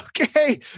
Okay